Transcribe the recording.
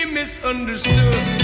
misunderstood